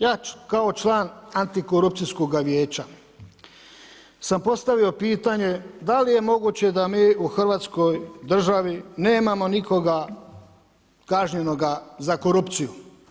Ja ću kao član antikorupcijskoga vijeća, sam postavio pitanje, da li je moguće da mi u Hrvatskoj državi nemamo nikoga kažnjivoga za korupciju.